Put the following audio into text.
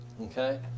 okay